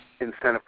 incentive